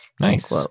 Nice